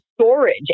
storage